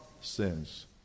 sins